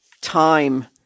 Time